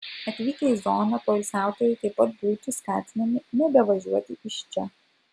atvykę į zoną poilsiautojai taip pat būtų skatinami nebevažiuoti iš čia